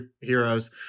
heroes